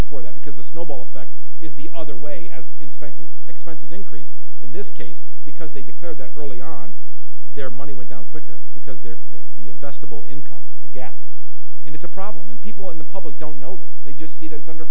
before that because the snowball effect is the other way as inspectors expenses increase in this case because they declared that early on their money went down quicker because they're the investable income gap and it's a problem and people in the public don't know this they just see that it's under